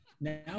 now